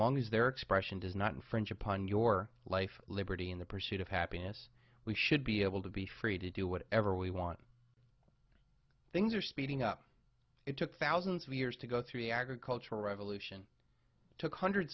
long as their expression does not infringe upon your life liberty and the pursuit of happiness we should be able to be free to do whatever we want things are speeding up it took thousands of years to go through the agricultural revolution took hundreds